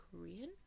Korean